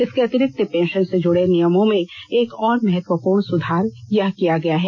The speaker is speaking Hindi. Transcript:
इसके अतिरिक्त पेंशन से जुड़े नियमों में एक और महत्वपूर्ण सुधार यह किया गया है